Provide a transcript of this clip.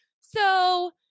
so-